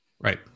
Right